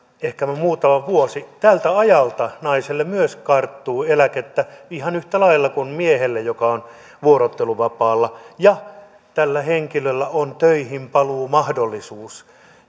ehkäpä muutama vuosi tältä ajalta naiselle myös karttuu eläkettä ihan yhtä lailla kuin miehelle joka on vuorotteluvapaalla ja tällä henkilöllä on töihinpaluumahdollisuus